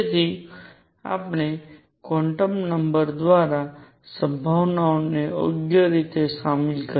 તેથી આપણે quantum number દ્વારા સંભાવના ને યોગ્ય રીતે શામેલ કરી